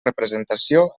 representació